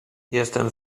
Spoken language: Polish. jestem